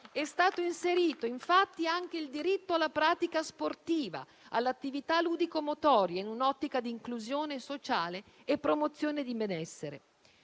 È stato inserito, infatti, anche il diritto alla pratica sportiva e all'attività ludico-motoria, in un'ottica di inclusione sociale e promozione di benessere.